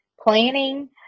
planning